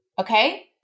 Okay